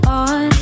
on